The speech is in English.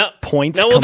points